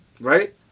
Right